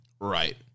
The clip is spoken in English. Right